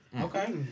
Okay